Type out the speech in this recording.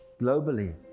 globally